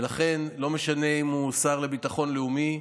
ולכן לא משנה אם הוא השר לביטחון לאומי,